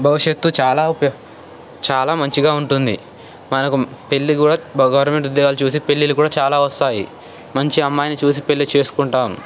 భవిష్యత్తు చాలా చాలా మంచిగా ఉంటుంది మనకు పెళ్ళి కూడా గవర్నమెంట్ ఉద్యోగాలు చూసి పెళ్ళిళ్ళు కూడా చాలా వస్తాయి మంచి అమ్మాయిని చూసి పెళ్ళి చేసుకుంటాం